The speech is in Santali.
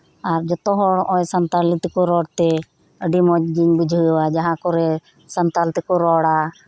ᱟᱨ ᱡᱚᱛᱚ ᱦᱚᱲ ᱥᱟᱱᱛᱟᱞᱤ ᱛᱮᱠᱚ ᱨᱚᱲ ᱛᱮ ᱟᱹᱰᱤ ᱢᱚᱸᱡᱽ ᱜᱤᱧ ᱵᱩᱡᱷᱟᱹᱣᱟ ᱡᱟᱸᱦᱟ ᱠᱚᱨᱮ ᱥᱟᱱᱛᱟᱞ ᱛᱮᱠᱚ ᱨᱚᱲᱟ